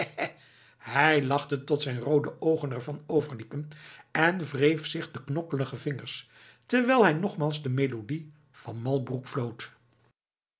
hij lachte tot zijn roode oogen er van overliepen en wreef zich de knokkelige vingers terwijl hij nogmaals de melodie van malbroek floot